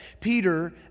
Peter